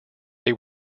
they